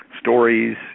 stories